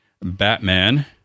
Batman